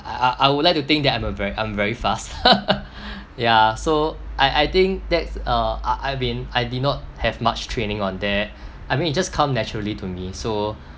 I I would like to think that I'm a very I'm very fast ya so I I think that's a uh I've been I did not have much training on that I mean it just come naturally to me so